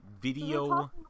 Video